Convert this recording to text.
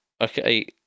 okay